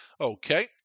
Okay